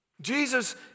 Jesus